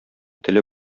теле